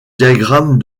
diagramme